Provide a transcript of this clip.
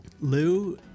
Lou